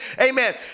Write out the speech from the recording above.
Amen